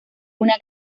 una